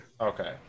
Okay